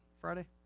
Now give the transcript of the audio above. Friday